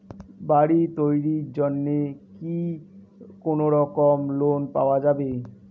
বাড়ি তৈরির জন্যে কি কোনোরকম লোন পাওয়া যাবে?